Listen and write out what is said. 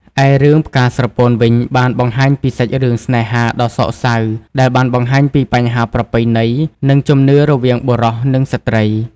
ឯរឿង ផ្កាស្រពោន វិញបានបង្ហាញពីសាច់រឿងស្នេហាដ៏សោកសៅដែលបានបង្ហាញពីបញ្ហាប្រពៃណី និងជំនឿរវាងបុរសនិងស្ត្រី។